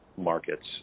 markets